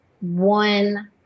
one